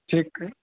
ठीकु आहे